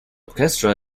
orchestra